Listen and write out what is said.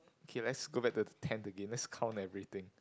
okay let's go back to the tent again let's count everything